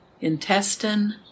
intestine